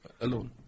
alone